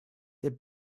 their